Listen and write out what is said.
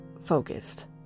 focused